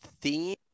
theme